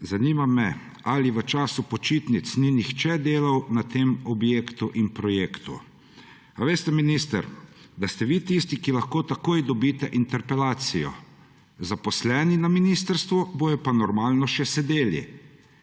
zanima me: Ali v času počitnic ni nihče delal na tem objektu in projektu? Ali veste, minister, da ste vi tisti, ki lahko takoj dobite interpelacijo? Zaposleni na ministrstvu bodo pa, normalno, še sedeli